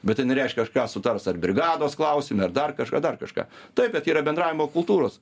bet tai nereikšia kažką sutars ar brigados klausime ar dar kažką ar dar kažką taip bet yra bendravimo kultūros